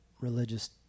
religious